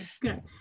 good